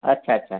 अच्छा अच्छा